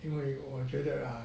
因为我觉得啊